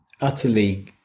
utterly